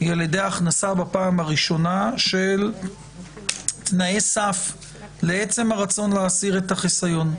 היא על ידי הכנסה בפעם הראשונה של תנאי סף לעצם הרצון להסיר את החיסיון.